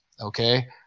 okay